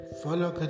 follow